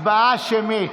הצבעה שמית.